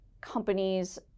companies